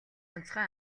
онцгой